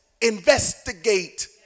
investigate